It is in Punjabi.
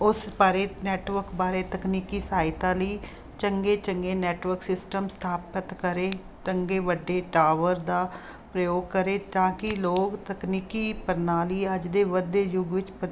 ਉਸ ਬਾਰੇ ਨੈਟਵਰਕ ਬਾਰੇ ਤਕਨੀਕੀ ਸਹਾਇਤਾ ਲਈ ਚੰਗੇ ਚੰਗੇ ਨੈਟਵਰਕ ਸਿਸਟਮ ਸਥਾਪਿਤ ਕਰੇ ਚੰਗੇ ਵੱਡੇ ਟਾਵਰ ਦਾ ਪ੍ਰਯੋਗ ਕਰੇ ਤਾਂ ਕਿ ਲੋਕ ਤਕਨੀਕੀ ਪ੍ਰਣਾਲੀ ਅੱਜ ਦੇ ਵੱਧਦੇ ਯੁੱਗ ਵਿੱਚ ਪ੍ਰ